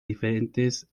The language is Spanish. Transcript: diferentes